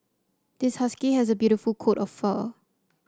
this husky has a beautiful coat of fur